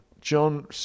John